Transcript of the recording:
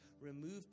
remove